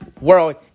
world